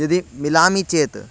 यदि मिलामि चेत्